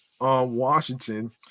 Washington